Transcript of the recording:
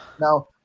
now